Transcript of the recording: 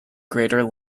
greater